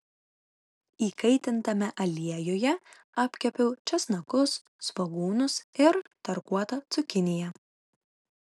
įkaitintame aliejuje apkepiau česnakus svogūnus ir tarkuotą cukiniją